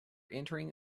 entering